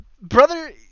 brother